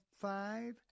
five